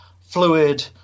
fluid